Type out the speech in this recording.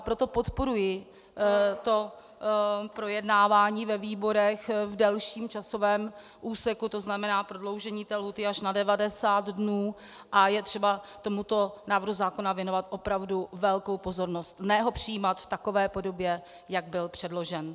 Proto podporuji projednávání ve výborech v delším časovém úseku, tzn. prodloužení lhůty až na 90 dnů, a je třeba tomuto návrhu zákona věnovat opravdu velkou pozornost, ne ho přijímat v takové podobě, jak byl předložen.